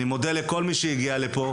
אני מודה לכל מי שהגיע לפה,